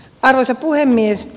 arvoisa puhemies